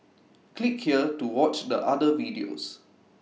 click here to watch the other videos